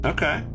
Okay